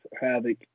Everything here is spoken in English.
havoc